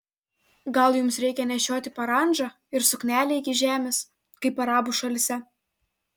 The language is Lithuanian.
gal jums reikia nešioti parandžą ir suknelę iki žemės kaip arabų šalyse